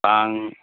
ꯇꯥꯡ